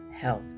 health